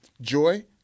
Joy